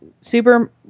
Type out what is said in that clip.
super